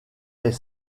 est